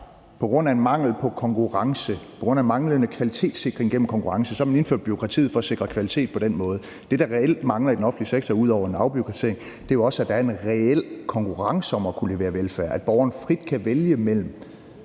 på grund af en mangel på konkurrence, på grund af manglende kvalitetssikring gennem konkurrence, og så har man indført bureaukratiet for at sikre kvalitet på den måde. Det, der reelt mangler i den offentlige sektor ud over en afbureaukratisering, er jo også, at der er en reel konkurrence om at kunne levere velfærd, altså at borgerne frit kan vælge mellem